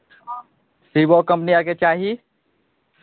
सीवो company आरकेँ चाही